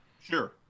Sure